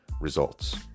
results